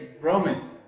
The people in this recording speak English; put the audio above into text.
Roman